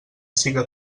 siga